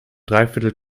dreiviertel